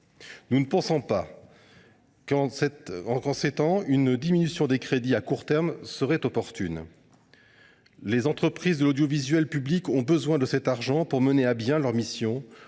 nous ne pensons pas qu’une diminution des crédits à court terme serait opportune. Les entreprises de l’audiovisuel public ont besoin de cet argent pour mener à bien leurs missions,